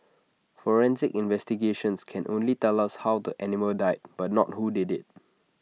forensic investigations can only tell us how the animal died but not who did IT